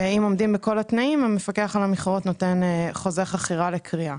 ואם עומדים בכל התנאים המפקח על המכרות נותן חוזה חכירה לכרייה.